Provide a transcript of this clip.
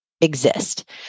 exist